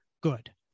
Good